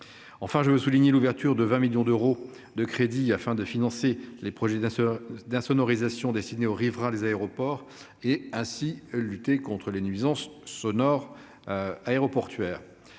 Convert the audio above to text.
Enfin, je veux souligner l'ouverture de 20 millions d'euros de crédits afin de financer les projets d'insonorisation destinés aux riverains des aéroports et, ainsi, de lutter contre les nuisances sonores aéroportuaires.